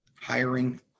hiring